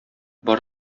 бар